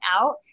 out